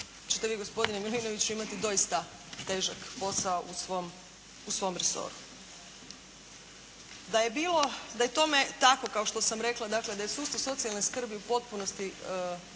ćete vi gospodine Milinoviću imati dosta težak posao u svom resoru. Da je tome tako kao što sam rekla, dakle da je sustav socijalne skrbi u potpunosti